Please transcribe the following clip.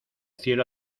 cielo